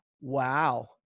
Wow